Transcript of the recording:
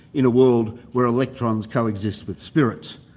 in a world where electrons coexist with spirits.